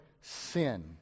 sin